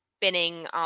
spinning